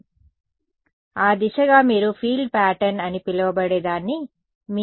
కాబట్టి ఆ దిశగా మీరు ఫీల్డ్ ప్యాటర్న్ అని పిలవబడే దాన్ని మీ Eθ Eθmax